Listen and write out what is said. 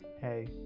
Hey